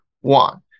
one